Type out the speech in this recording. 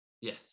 yes